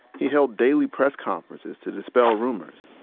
he held daily press conferences to dispel rumors.